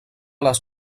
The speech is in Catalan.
les